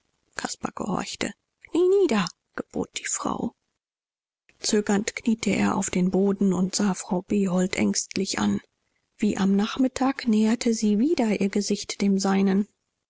gehorchte knie nieder gebot die frau zögernd kniete er auf den boden und sah frau behold ängstlich an wie am nachmittag näherte sie wieder ihr gesicht dem seinen